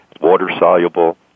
water-soluble